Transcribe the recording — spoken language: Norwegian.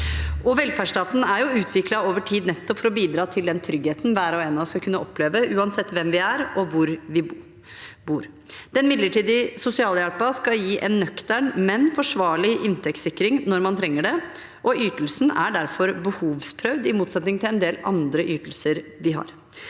Velferdsstaten er utviklet over tid nettopp for å bidra til den tryggheten hver og en skal kunne oppleve, uansett hvem vi er, og hvor vi bor. Den midlertidige sosialhjelpen skal gi en nøktern, men forsvarlig inntektssikring når man trenger det, og ytelsen er derfor behovsprøvd, i motsetning til en del andre ytelser vi har.